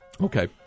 Okay